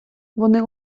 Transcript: вони